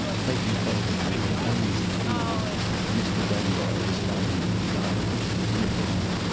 clayton told him, with an uneasy feeling that mr. dunbar was finding them childish and inefficient.